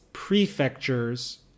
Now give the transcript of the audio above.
prefectures